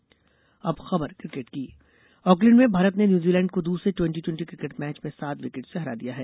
cricket अब खबर cricket की ऑकलैंड में भारत ने न्यूजीलैंड को दूसरे ट्वेंटी ट्वेंटी क्रिकेट मैच में सात विकेट से हरा दिया है